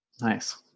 Nice